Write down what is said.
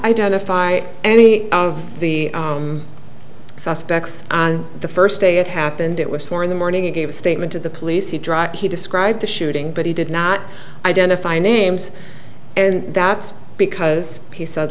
identify any of the suspects the first day it happened it was four in the morning and gave a statement to the police he dropped he described the shooting but he did not identify names and that's because he said